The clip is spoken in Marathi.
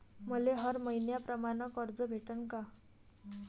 मले हर मईन्याप्रमाणं कर्ज भेटन का?